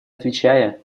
отвечая